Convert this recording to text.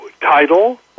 title